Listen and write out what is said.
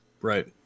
Right